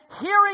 hearing